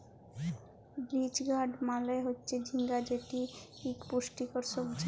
ridge gourd মালে হচ্যে ঝিঙ্গা যেটি ইক পুষ্টিকর সবজি